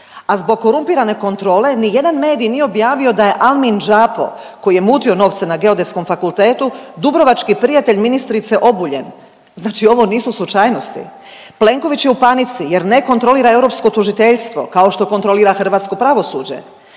a zbog korumpirane kontrole nijedan medij nije objavio da je Almin Džapo koji je mutio novce na Geodetskom fakultetu dubrovački prijatelj ministrice Obuljen, znači ovo nisu slučajnosti. Plenković je u panici jer ne kontrolira europsko tužiteljstvo kao što kontrolira hrvatsko pravosuđe.